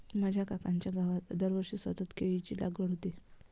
माझ्या काकांच्या गावात दरवर्षी सतत केळीची लागवड होते